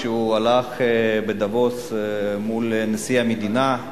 כשהוא הלך בדבוס מול נשיא המדינה.